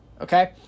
Okay